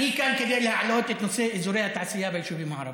אני כאן כדי להעלות את נושא אזורי התעשייה ביישובים הערביים,